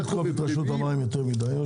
אבל לא צריך לדחוק את רשות המים יותר מדי.